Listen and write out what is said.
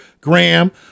Graham